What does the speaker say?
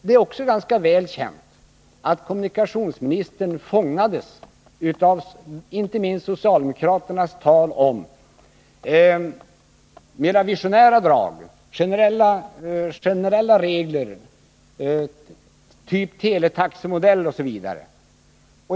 Det är också ganska väl känt att kommunikationsministern fångades av inte minst socialdemokraternas tal om mer visionära drag, generella regler av typ teletaxemodell osv.